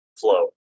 flow